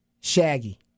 Shaggy